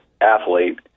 athlete